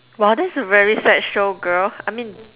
wah that's a very sad show girl I mean